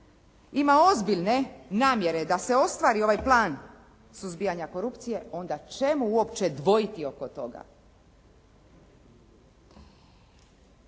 ima ozbiljne namjere da se ostvari ovaj plan suzbijanja korupcije, onda čemu uopće dvojiti oko toga?